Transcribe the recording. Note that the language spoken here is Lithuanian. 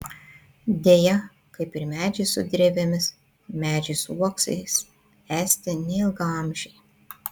deja kaip ir medžiai su drevėmis medžiai su uoksais esti neilgaamžiai